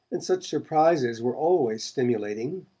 and such surprises were always stimulating.